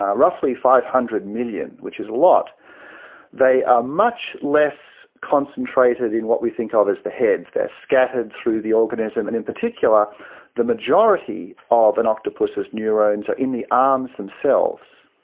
roughly five hundred million, which is a lot they are much less concentrated in what we think of as the head, they're scattered through the organism and in particular the majority of an octopuses neurons are in the arms themselves.